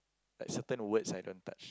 like certain words I don't touch